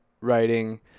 writing